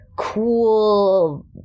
Cool